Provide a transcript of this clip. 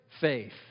faith